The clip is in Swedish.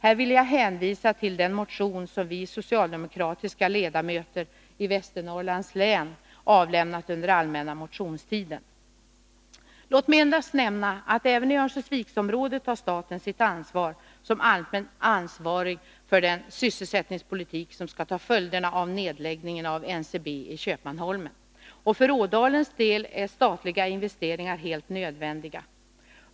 Här vill jag hänvisa till den motion som vi socialdemokratiska ledamöter från Västernorrlands län avlämnat under den allmänna motionstiden. Låt mig endast nämna att även i Örnsköldviksområdet har staten sitt ansvar som allmänt ansvarig för den sysselsättningspolitik som skall ta följderna av nedläggningen av NCB i Köpmanholmen. Och för Ådalens del är statliga investeringar helt nödvändiga.